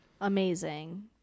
Amazing